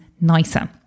nicer